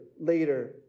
later